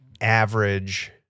average